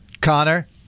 Connor